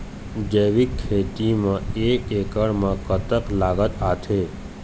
जैविक खेती म एक एकड़ म कतक लागत आथे?